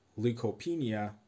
leukopenia